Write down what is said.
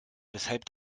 weshalb